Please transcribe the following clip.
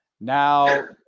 Now